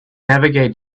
navigate